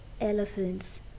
elephants